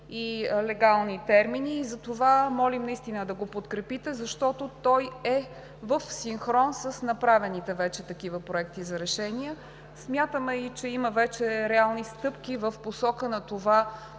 и легални термини. Затова молим наистина да го подкрепите, защото той е в синхрон с направените вече такива проекти на решения. Смятаме, че има вече и реални стъпки в посока на това